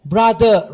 Brother